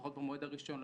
לפחות במועד הראשון,